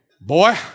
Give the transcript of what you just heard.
Boy